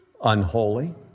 unholy